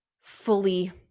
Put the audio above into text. fully